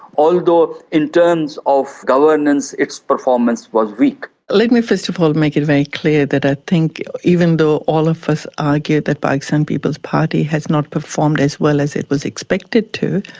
although in terms of governance its performance was weak. let me first of all make it very clear that i think even though all of us argue that pakistan people's party has not performed as well as it was expected to,